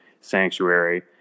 Sanctuary